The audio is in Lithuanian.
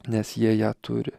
nes jie ją turi